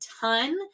ton